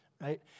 right